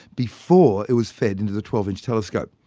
before it was fed into the twelve inch telescope.